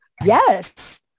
Yes